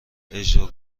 اجرا